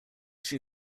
she